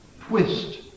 twist